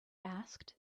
asked